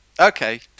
Okay